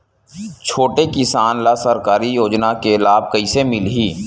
छोटे किसान ला सरकारी योजना के लाभ कइसे मिलही?